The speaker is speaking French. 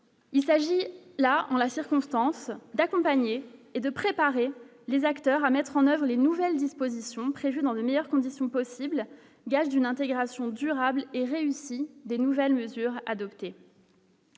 Il s'agit là en la circonstance d'accompagner et de préparer les acteurs à mettre en oeuvre les nouvelles dispositions prévues dans les meilleures conditions possibles, gage d'une intégration durable et réussie des nouvelles mesures adoptées.